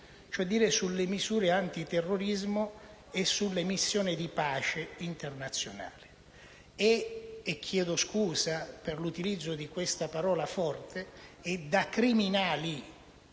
ossia sulle misure antiterrorismo e sulle missioni di pace internazionale. Chiedo scusa per l'utilizzo di questa parola forte: è da «criminali»